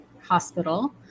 hospital